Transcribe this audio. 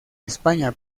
españa